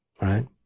right